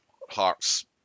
hearts